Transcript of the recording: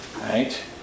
right